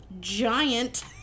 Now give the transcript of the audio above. giant